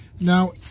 Now